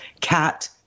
cat